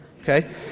okay